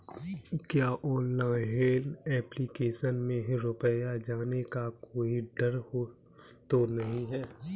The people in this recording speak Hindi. क्या ऑनलाइन एप्लीकेशन में रुपया जाने का कोई डर तो नही है?